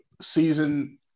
season